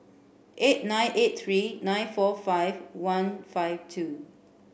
eight nine eight three nine four five one five two